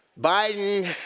Biden